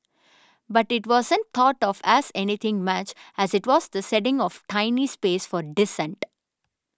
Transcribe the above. but it wasn't thought of as anything much as it was the ceding of a tiny space for dissent